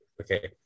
Okay